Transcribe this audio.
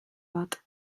bat